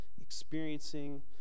Experiencing